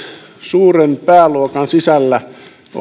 suuren pääluokan sisällä